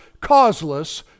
causeless